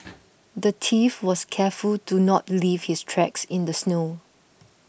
the thief was careful to not leave his tracks in the snow